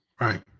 Right